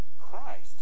Christ